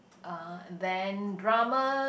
uh then drama